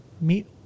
meet